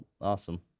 awesome